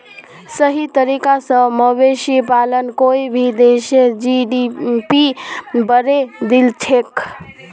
सही तरीका स मवेशी पालन कोई भी देशेर जी.डी.पी बढ़ैं दिछेक